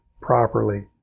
properly